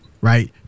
right